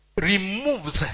removes